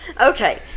Okay